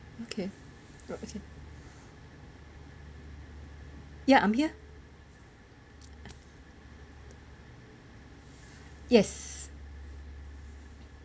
okay okay ya I'm here yes